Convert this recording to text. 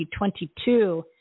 2022